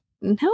no